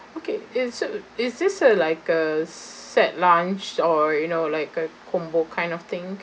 okay is it is this uh like a set lunch or you know like a combo kind of thing